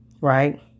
right